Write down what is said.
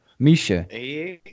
Misha